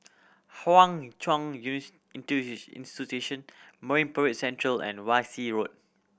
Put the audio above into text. Hwa Chong Institution Marine Parade Central and Wan Shih Road